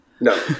No